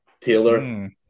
Taylor